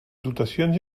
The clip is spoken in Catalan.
dotacions